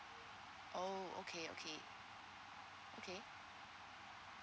oh okay okay okay